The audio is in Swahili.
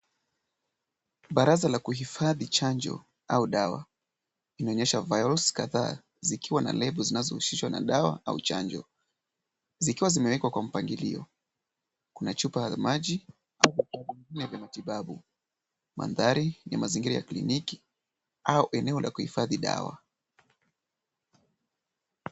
Baraza la kuhifadhi chanjo au dawa. Inaonyesha virus kadhaa zikiwa na lebo zinazohusishwa na dawa au chanjo. Zikiwa zimewekwa kwa mpangilio. Kuna chupa za maji, au vifaa vingine vya matibabu, mandhari ni mazingira ya kliniki, au eneo la kuhifadhi dawa.